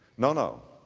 no, no.